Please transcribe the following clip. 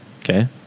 Okay